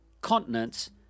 continents